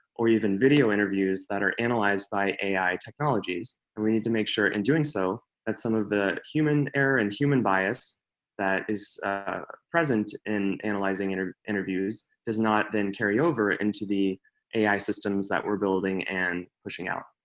or even video interviews that are analyzed by ai technologies. and we need to make sure in doing so that some of the human error and human bias that is present in analyzing and interviews does not then carry over into the ai systems that we're building and pushing out.